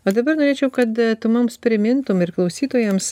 o dabar norėčiau kad tu mums primintum ir klausytojams